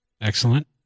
Excellent